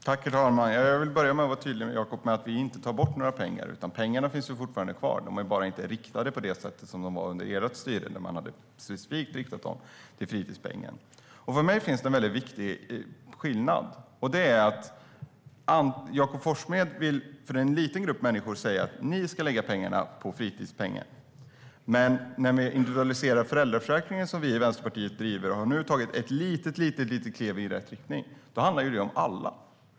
Herr talman! Till att börja med vill jag vara tydlig med att vi inte tar bort några pengar, Jakob. Pengarna finns fortfarande kvar. De är bara inte riktade på samma sätt som under ert styre. Då var de specifikt riktade som fritidspeng. För mig finns det en viktig skillnad här. Det är att Jakob Forssmed vill säga till en liten grupp människor att de ska lägga pengarna på just fritidsaktiviteter. Men när vi individualiserade föräldraförsäkringen, vilket vi i Vänsterpartiet driver och där vi nu har tagit ett litet kliv i rätt riktning, handlar det om alla.